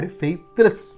faithless